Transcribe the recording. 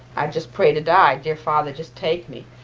i'd just pray to die. dear father, just take me.